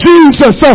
Jesus